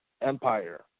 Empire